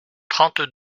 trente